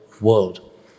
world